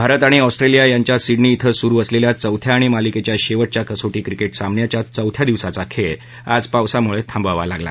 भारत आणि ऑस्ट्रेलिया यांच्यात सिडनी शिं सुरु असलेल्या चौथ्या आणि मालिकेच्या शेवटच्या कसोटी क्रिकेट सामन्याचा चौथ्या दिवसाचा खेळ आज पावसामुळे थांबवावा लागला